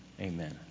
amen